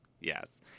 Yes